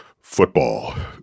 football